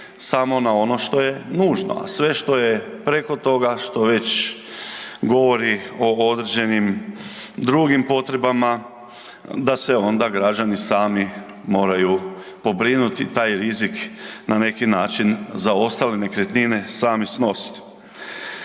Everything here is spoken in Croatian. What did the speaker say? samo na ono što je nužno a sve što je preko toga, što već govori o određenim drugim potrebama, da se onda građani sami moraju pobrinuti i taj rizik na neki način za ostale nekretnine sami snositi.